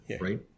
Right